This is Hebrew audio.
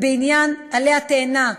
ובעניין עלי התאנה,